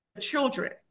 children